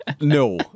No